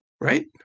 Right